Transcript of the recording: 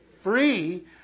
Free